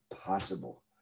possible